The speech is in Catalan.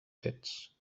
fets